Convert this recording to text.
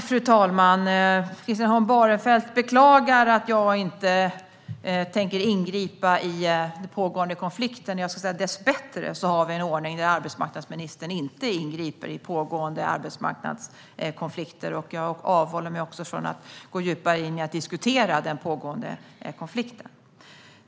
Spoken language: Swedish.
Fru talman! Christian Holm Barenfeld beklagar att jag inte tänker ingripa i den pågående konflikten. Dessbättre har vi en ordning där arbetsmarknadsministern inte ingriper i pågående arbetsmarknadskonflikter. Jag avhåller mig också från att gå djupare in i att diskutera den pågående konflikten.